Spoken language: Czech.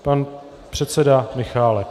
Pan předseda Michálek.